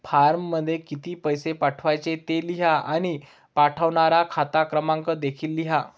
फॉर्ममध्ये किती पैसे पाठवायचे ते लिहा आणि पाठवणारा खाते क्रमांक देखील लिहा